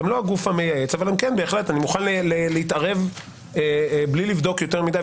הן לא הגוף המייעץ - ואני מוכן להתערב בלי לבדוק יותר מדי,